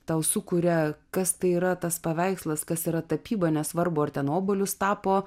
tau sukuria kas tai yra tas paveikslas kas yra tapyba nesvarbu ar ten obuolius tapo